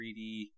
3D